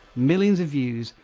millions of views,